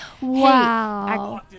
Wow